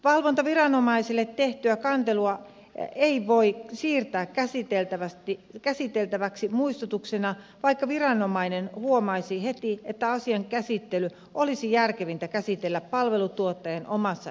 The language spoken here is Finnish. valvontaviranomaisille tehtyä kantelua ei voi siirtää käsiteltäväksi muistutuksena vaikka viranomainen huomaisi heti että asian käsittely olisi järkevintä käsitellä palvelutuottajan omassa järjestelmässä